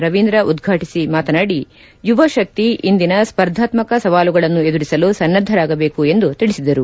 ರವೀಂದ್ರ ಉದ್ಘಾಟಿಸಿ ಮಾತನಾಡಿ ಯುವ ಶಕ್ತಿ ಇಂದಿನ ಸ್ಪರ್ಧಾತ್ತಕ ಸವಾಲುಗಳನ್ನು ಎದುರಿಸಲು ಸನ್ನದ್ದರಾಗಬೇಕು ಎಂದು ತಿಳಿಸಿದರು